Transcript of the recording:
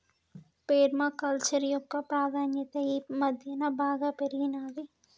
పేర్మ culture యొక్క ప్రాధాన్యత ఈ మధ్యన బాగా పెరిగినాది